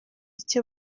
icyo